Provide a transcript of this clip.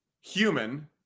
human